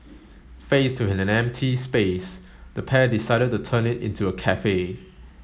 faced with an empty space the pair decided to turn it into a cafe